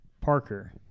Parker